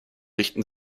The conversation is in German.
richten